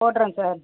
போட்டுறேன் சார்